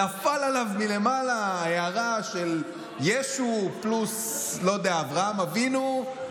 נפלה עליו מלמעלה הארה של ישו פלוס אברהם אבינו,